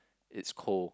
it's cold